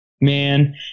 Man